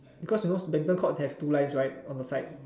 because you know centre court has two line right on the side